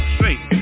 Straight